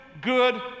good